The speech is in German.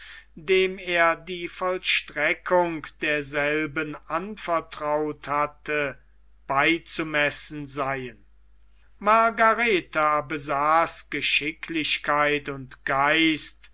dem er die vollstreckung derselben anvertraut hatte beizumessen seien margaretha besaß geschicklichkeit und geist